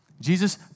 Jesus